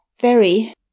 very